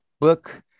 book